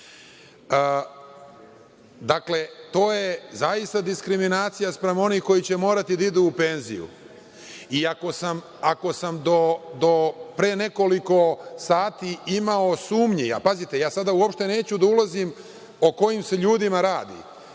to je zaista diskriminacija spram onih koji će morati da idu u penziju. Ako sam do pre nekoliko sati imao sumnji, a pazite, sada uopšte neću da ulazim o kojim se ljudima radi